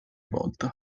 volta